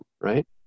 right